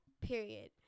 Period